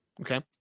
okay